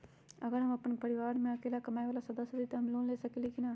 अगर हम अपन परिवार में अकेला कमाये वाला सदस्य हती त हम लोन ले सकेली की न?